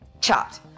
Chopped